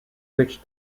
which